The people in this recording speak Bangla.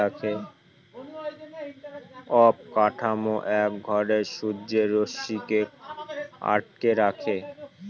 অবকাঠামো এক ঘরে সূর্যের রশ্মিকে আটকে রাখে